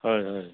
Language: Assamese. হয় হয়